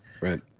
Right